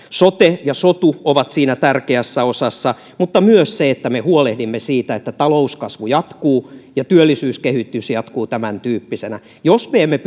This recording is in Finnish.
sote ja sotu ovat siinä tärkeässä osassa mutta myös se että me huolehdimme siitä että talouskasvu jatkuu ja työllisyyskehitys jatkuu tämäntyyppisenä jos me emme